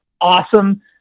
awesome